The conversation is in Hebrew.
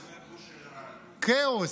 אין דברים כאלה, כאוס,